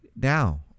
now